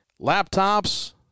Laptops